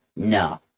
No